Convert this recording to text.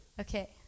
Okay